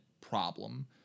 problem